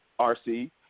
RC